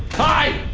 hi,